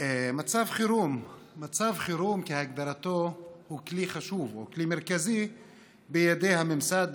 מצב חירום כהגדרתו הוא כלי חשוב או כלי מרכזי בידי הממסד,